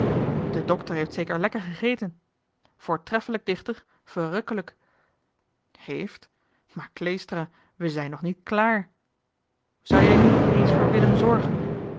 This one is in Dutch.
de dokter heeft zeker lekker gegeten voortreffelijk dichter verrukkelijk heeft maar kleestra we zijn nog niet klaar zou jij nu niet eens voor willem zorgen